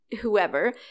whoever